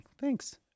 thanks